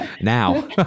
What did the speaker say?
now